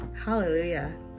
Hallelujah